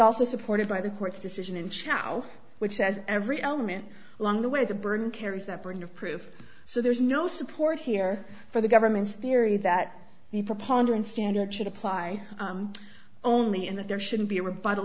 also supported by the court's decision in chalo which says every element along the way the burden carries that burden of proof so there's no support here for the government's theory that the preponderance standard should apply only and that there should be a re